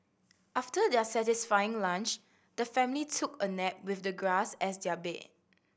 after their satisfying lunch the family took a nap with the grass as their bed